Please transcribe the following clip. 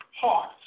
heart